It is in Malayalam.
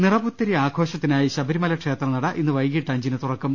നിറപുത്തരി ആഘോഷത്തിനായി ശബരിമല ക്ഷേത്രനട ഇന്ന് വൈകീട്ട് അഞ്ചിന് തുറക്കും